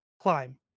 Climb